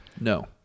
No